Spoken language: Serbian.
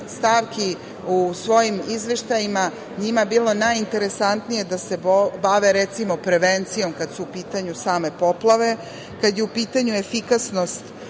stavki u svojim izveštajima njima bilo najinteresantnije da se bave, recimo, prevencijom, kad su u pitanju same poplave, kad je u pitanju efikasnost